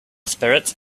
spirits